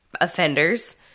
offenders